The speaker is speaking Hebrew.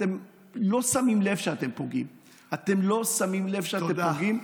אתם לא שמים לב שאתם פוגעים.